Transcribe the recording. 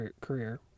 career